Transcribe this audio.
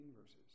verses